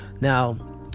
Now